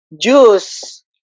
juice